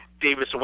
Davis